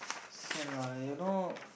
sia lah you know